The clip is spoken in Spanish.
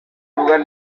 lugar